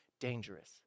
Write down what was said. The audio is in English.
dangerous